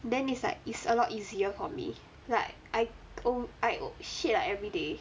then is like it's a lot easier for me like I o~ I o~ shit like everyday